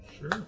Sure